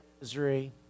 misery